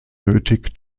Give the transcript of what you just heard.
nötig